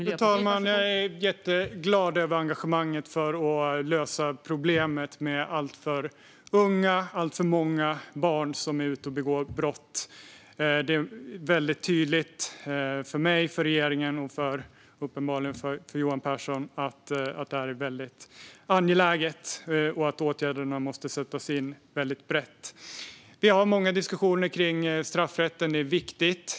Fru talman! Jag är jätteglad över engagemanget för att lösa problemet med att alltför många, alltför unga barn är ute och begår brott. Det är tydligt för mig, för regeringen och uppenbarligen för Johan Pehrson att detta är väldigt angeläget och att åtgärder måste sättas in brett. Vi har många diskussioner om straffrätten; det är viktigt.